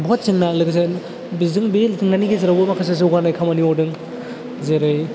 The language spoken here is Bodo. बुहुत जेंना लोगोजों बेजों बे जेंनानि गेजेरावबो माखासे जौगानाय खामानि मावदों जेरै